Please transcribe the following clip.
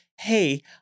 hey